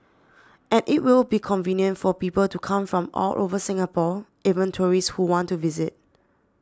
and it will be convenient for people to come from all over Singapore even tourists who want to visit